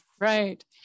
right